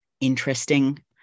interesting